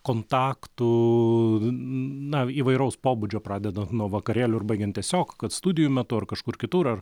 kontaktų na įvairaus pobūdžio pradedant nuo vakarėlių ir baigiant tiesiog kad studijų metu ar kažkur kitur